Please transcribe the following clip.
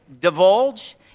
divulge